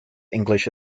english